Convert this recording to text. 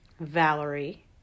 Valerie